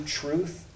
truth